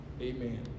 amen